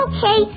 Okay